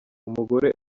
umugore